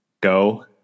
go